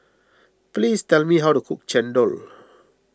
please tell me how to cook Chendol